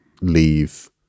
leave